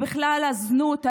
ובכלל הזנות,